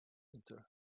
into